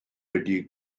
wedi